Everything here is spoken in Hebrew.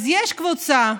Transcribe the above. אז יש קבוצה,